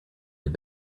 had